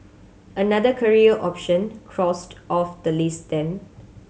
another career option crossed off the list then